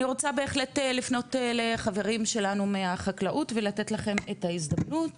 אני רוצה בהחלט לפנות לחברים שלנו מהחקלאות ולתת לכם את ההזדמנות